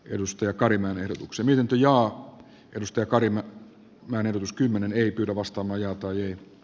edustaja karim ehdotukseni menty ja hackers kökarin meritus kymmenen eri korvausta majoittui